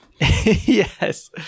Yes